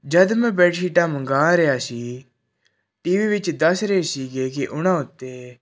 ਜਦੋਂ ਮੈਂ ਬੈੱਡ ਸ਼ੀਟਾਂ ਮੰਗਾ ਰਿਹਾ ਸੀ ਟੀ ਵੀ ਵਿੱਚ ਦੱਸ ਰਹੇ ਸੀਗੇ ਕਿ ਉਹਨਾਂ ਉੱਤੇ